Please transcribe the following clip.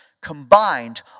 Combined